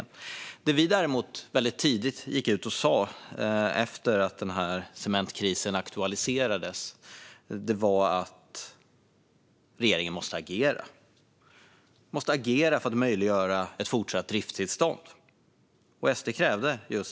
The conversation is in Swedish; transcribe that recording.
Sverigedemokraterna sa dock tidigt efter att cementkrisen aktualiserats att regeringen måste agera för att möjliggöra ett fortsatt driftstillstånd.